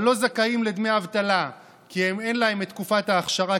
אבל לא זכאים לדמי אבטלה כי אין להם את תקופת האכשרה